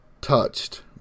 touched